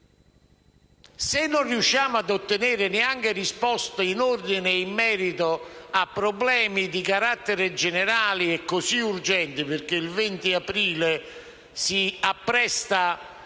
Se non riusciamo ad ottenere neanche risposte in ordine ed in merito a problemi di carattere generale e così urgenti, perché il 20 aprile si appresta